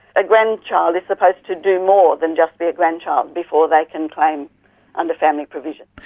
a grandchild is supposed to do more than just be a grandchild before they can claim under family provision.